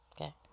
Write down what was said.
Okay